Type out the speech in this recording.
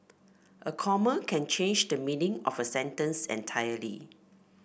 a comma can change the meaning of a sentence entirely